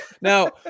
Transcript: Now